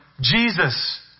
Jesus